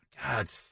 God